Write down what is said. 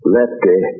Lefty